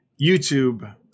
YouTube